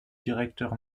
directeur